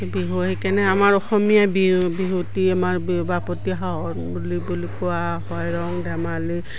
বিহু সেইকাৰণে আমাৰ অসমীয়া বিহ বিহুৱতি আমাৰ বাপতি শাহন বুলি বুলি কোৱা হয় ৰং ধেমালি